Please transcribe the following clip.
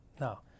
Now